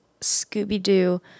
Scooby-Doo